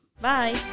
Bye